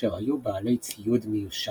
אשר היו בעלי ציוד מיושן.